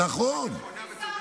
נכונה וצודקת.